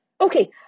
Okay